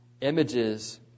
Images